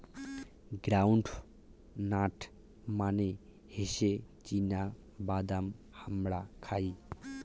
ground nut মানে হসে চীনা বাদাম হামরা খাই